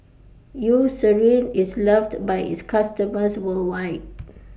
Eucerin IS loved By its customers worldwide